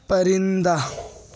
پرندہ